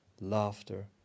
laughter